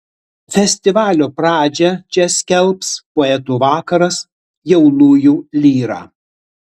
festivalio pradžią čia skelbs poetų vakaras jaunųjų lyra